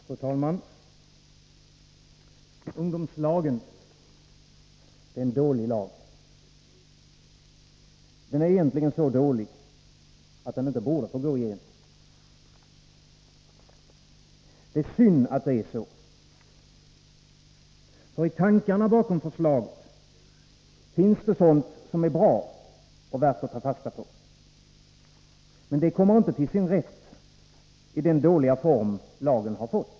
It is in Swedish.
Fru talman! Förslaget till den s.k. ungdomslagen är dåligt. Det är så dåligt att det inte borde få gå igenom. Det är synd att det är så. I tankarna bakom förslaget finns sådant som är bra och värt att ta fasta på. Men det kommer inte till sin rätt i den dåliga form lagen fått.